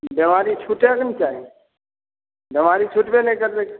बेमारी छुटऽ के ने चाही बेमारी छुटबे नहि करतै